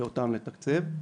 ואותם לתקציב.